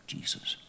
Jesus